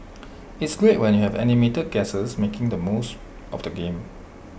it's great when you have animated guests making the most of the game